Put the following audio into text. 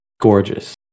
Gorgeous